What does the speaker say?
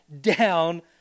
down